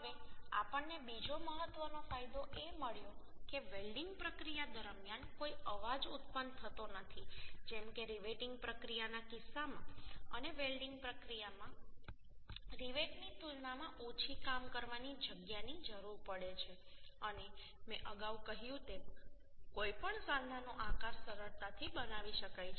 હવે આપણને બીજો મહત્વનો ફાયદો એ મળ્યો કે વેલ્ડીંગ પ્રક્રિયા દરમિયાન કોઈ અવાજ ઉત્પન્ન થતો નથી જેમ કે રિવેટિંગ પ્રક્રિયાના કિસ્સામાં અને વેલ્ડીંગ પ્રક્રિયામાં રિવેટની તુલનામાં ઓછી કામ કરવાની જગ્યાની જરૂર પડે છે અને મેં અગાઉ કહ્યું તેમ કોઈપણ સાંધાનો આકાર સરળતાથી બનાવી શકાય છે